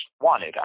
wanted